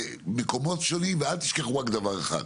במקומות שונים, ואל תשכחו רק דבר אחד,